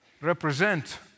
represent